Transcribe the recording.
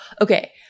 Okay